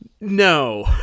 No